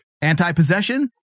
Anti-possession